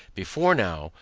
before now,